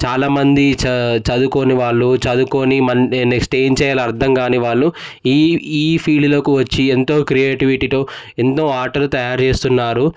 చాలామంది చ చదువుకోని వాళ్ళు చదువుకుని నెక్స్ట్ ఏం చేయాలి అర్థం కానీ వాళ్ళు ఈ ఈ ఫీల్డ్లోకి వచ్చి ఎంతో క్రియేటివిటీతో ఎన్నో ఆటలు తయారు చేస్తున్నారు